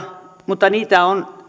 mutta niitä on